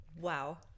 Wow